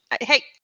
Hey